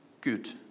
good